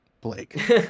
Blake